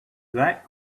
that